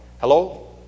hello